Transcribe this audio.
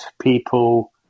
people